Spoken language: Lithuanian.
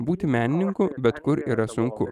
būti menininku bet kur yra sunku